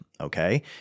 Okay